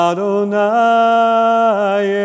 Adonai